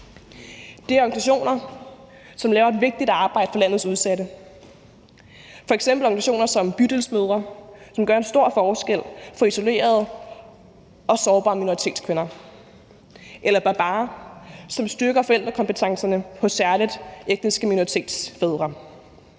Det er organisationer, som laver et vigtigt arbejde for landets udsatte, f.eks. organisationer som Bydelsmødre, som gør en stor forskel for isolerede og sårbare minoritetskvinder, eller baba , som styrker forældrekompetencerne hos særlig fædre i etniske minoritetsgrupper.